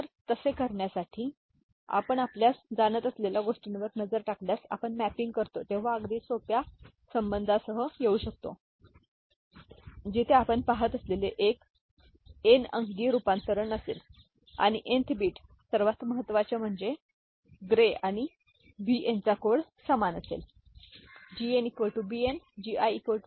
तर तसे करण्यासाठी आपण आपल्यास जाणत असलेल्या गोष्टींवर नजर टाकल्यास आपण मॅपिंग करतो तेव्हा अगदी सोप्या संबंधा सह येऊ शकतो जिथे आपण पहात असलेले एक n अंकी रूपांतरण असेल तर nth बिट सर्वात महत्वाचे म्हणजे म्हणजे ग्रे आणि Bn चा कोड समान असेल ठीक आहे